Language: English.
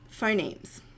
Phonemes